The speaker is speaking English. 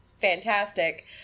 fantastic